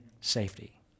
safety